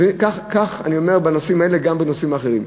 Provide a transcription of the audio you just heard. כך אני אומר בנושאים האלה, וגם בנושאים האחרים.